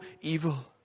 evil